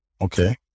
okay